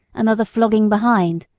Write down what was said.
another flogging behind,